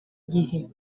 gihe